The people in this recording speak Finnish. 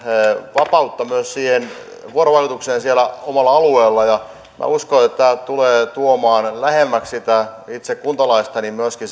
vapautta myös siihen vuorovaikutukseen siellä omalla alueella ja minä uskon että sen maakuntakaavan lopullisen tuloksen hyväksyminen tulee tuomaan sen lähemmäksi sitä itse kuntalaista myöskin